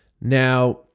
Now